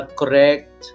correct